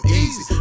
easy